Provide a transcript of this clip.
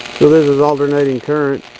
well, this is alternating current